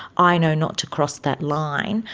i know not to cross that line,